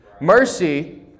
Mercy